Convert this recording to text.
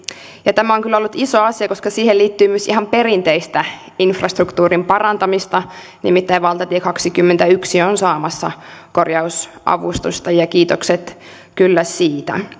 tämä on kyllä ollut iso asia koska siihen liittyy myös ihan perinteistä infrastruktuurin parantamista nimittäin valtatie kaksikymmentäyksi on saamassa korjausavustusta ja kiitokset kyllä siitä